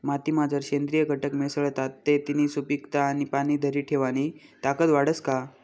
मातीमा जर सेंद्रिय घटक मिसळतात ते तिनी सुपीकता आणि पाणी धरी ठेवानी ताकद वाढस का?